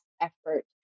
effort